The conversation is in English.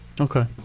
Okay